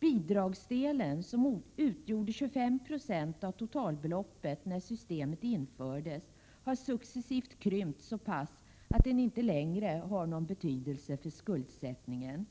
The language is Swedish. Bidragsdelen, som utgjorde 25 96 av totalbeloppet när systemet infördes, har successivt krympt. Den har t.o.m. krympt så pass mycket att den inte längre har någon betydelse för skuldsättningen.